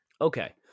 Okay